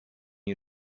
you